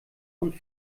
und